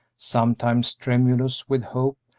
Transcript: sometimes tremulous with hope,